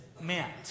meant